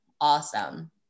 awesome